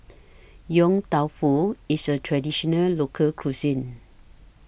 Yong Tau Foo IS A Traditional Local Cuisine